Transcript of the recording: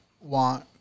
want